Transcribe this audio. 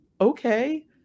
okay